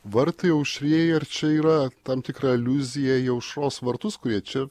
vartai auštrieji ar čia yra tam tikra aliuzija į aušros vartus kurie čia